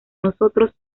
nosotros